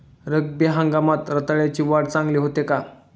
रब्बी हंगामात रताळ्याची वाढ चांगली होते का?